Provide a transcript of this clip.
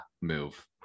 move